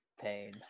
Pain